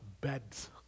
beds